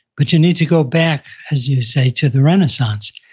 but you need to go back as you say, to the renaissance.